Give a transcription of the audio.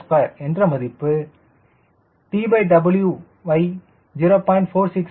7kgm2 என்ற மதிப்பு T W ஐ 0